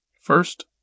First